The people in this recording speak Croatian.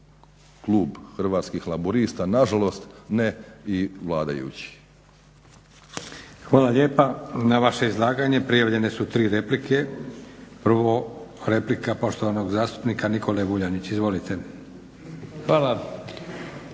klub Hrvatskih laburista nažalost ne i vladajući. **Leko, Josip (SDP)** Hvala lijepa. Na vaše izlaganje prijavljene su tri replike. Prvo replika poštovanog zastupnika Nikole Vuljanića. Izvolite.